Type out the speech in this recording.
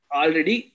already